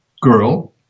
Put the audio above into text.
girl